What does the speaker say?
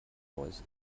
royce